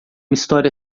história